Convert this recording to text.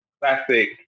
Classic